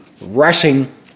rushing